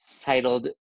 titled